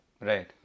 Right